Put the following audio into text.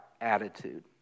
attitude